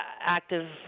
active